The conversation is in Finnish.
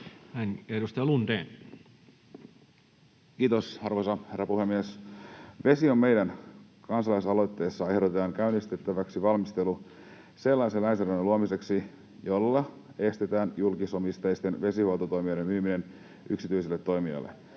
Time: 16:01 Content: Kiitos, arvoisa herra puhemies! Vesi on meidän -kansalaisaloitteessa ehdotetaan käynnistettäväksi valmistelu sellaisen lainsäädännön luomiseksi, jolla estetään julkisomisteisten vesihuoltotoimijoiden myyminen yksityisille toimijoille.